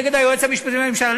נגד היועץ המשפטי לממשלה?